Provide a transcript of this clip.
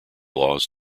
laws